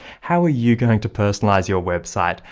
how are you going to personalize your website?